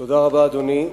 תודה רבה, אדוני.